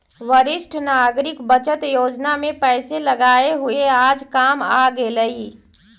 वरिष्ठ नागरिक बचत योजना में पैसे लगाए हुए आज काम आ गेलइ